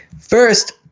First